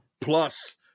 Plus